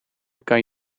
kan